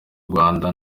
rwanda